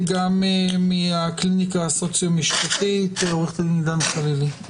ומהקליניקה הסוציו משפטית עו"ד עידן חלילי.